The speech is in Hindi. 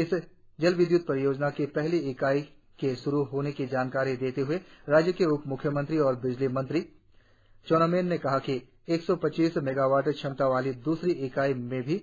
इस जल विद्युत परियोजना के पहली इकाई के श्रु होने की जानकारी देते हुए राज्य के उप म्ख्यमंत्री और बिजली मंत्री चाउना मैन ने कहा कि एक सौ पचास मेगावाट क्षमता वाली दूसरी इकाई में भी